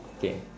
okay